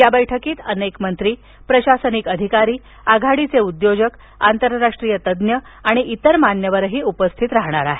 या बैठकीत अनेक मंत्री प्रशासनिक अधिकारी आघाडीचे उद्योजक आंतरराष्ट्रीय तज्ञ आणि इतर मान्यवर उपस्थित राहणार आहेत